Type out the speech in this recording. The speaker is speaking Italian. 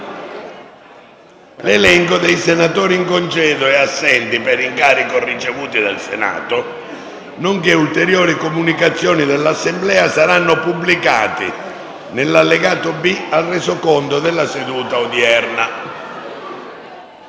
L'elenco dei senatori in congedo e assenti per incarico ricevuto dal Senato, nonché ulteriori comunicazioni all'Assemblea saranno pubblicati nell'allegato B al Resoconto della seduta odierna.